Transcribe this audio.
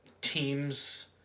teams